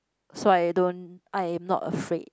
so I don't I am not afraid